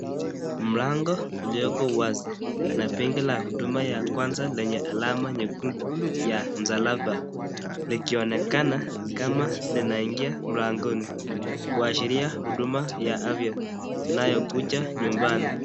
Mlango ulioko uazi na benki la huduma ya kwanza lenye alama nyekundu ya msalaba likionekana kama linaingia mlangoni kuashiria huduma ya afya inayokuja nyumbani.